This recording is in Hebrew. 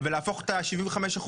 ולהפוך את ה-75%,